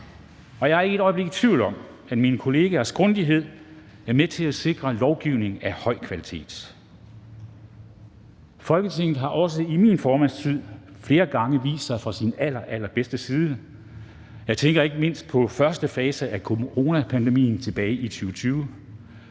Jeg er ikke et øjeblik i tvivl om, at mine kollegaers grundighed er med til at sikre lovgivning af høj kvalitet. Folketinget har også i min formandstid flere gange vist sig fra sin allerallerbedste side. Jeg tænker ikke mindst på første fase af coronapandemien tilbage i 2020.